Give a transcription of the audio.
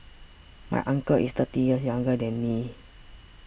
my uncle is thirty years younger than me